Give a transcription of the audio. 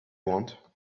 want